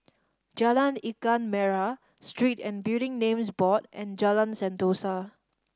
Jalan Ikan Merah Street and Building Names Board and Jalan Sentosa